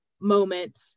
moment